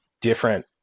different